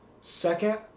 Second